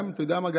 אתה יודע מה,